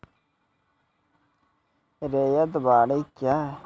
रैयत बाड़ी क्या हैं?